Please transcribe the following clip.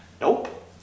Nope